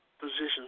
positions